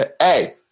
Hey